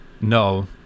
no